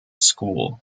school